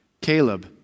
Caleb